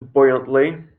buoyantly